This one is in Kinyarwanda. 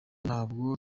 ntabwo